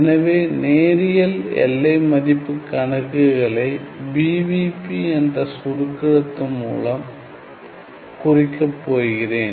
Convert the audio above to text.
எனவே நேரியல் எல்லை மதிப்பு கணக்குகளை BVP என்ற சுருக்கெழுத்து மூலம் குறிக்கப் போகிறேன்